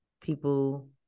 people